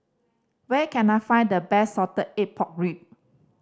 where can I find the best salted egg pork rib